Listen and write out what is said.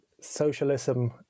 socialism